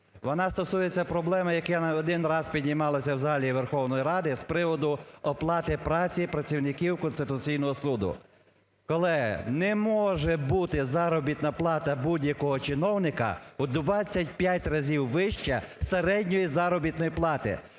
Вона стосується проблеми, яку не один раз піднімалася в залі Верховної Ради з приводу оплати праці працівників Конституційного Суду. Колеги, не може бути заробітна плата будь-якого чиновника у 25 разів вища середньої заробітної плати!